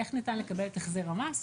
איך ניתן לקבל את החזר המס,